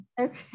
Okay